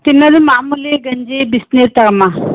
ತಿನ್ನಲು ಮಾಮೂಲಿ ಗಂಜಿ ಬಿಸ್ನೀರು ತಗೊಮ್ಮ